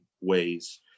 ways